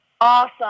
awesome